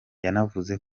yanavuze